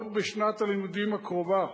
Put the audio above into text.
כבר בשנת הלימודים הקרובה,